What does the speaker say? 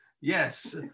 Yes